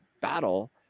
battle